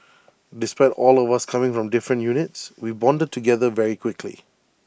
despite all of us coming from different units we bonded together very quickly